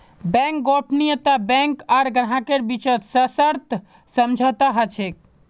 bank गोपनीयता bank आर ग्राहकेर बीचत सशर्त समझौता ह छेक